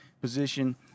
position